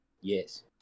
Yes